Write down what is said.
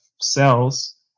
cells